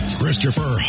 Christopher